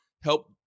help